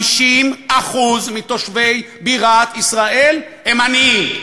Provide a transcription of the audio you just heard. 50% מתושבי בירת ישראל הם עניים.